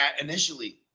initially